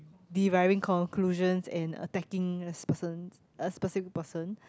deriving conclusions and attacking this person a specific person